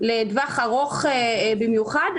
לטווח ארוך במיוחד,